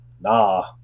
nah